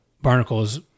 barnacles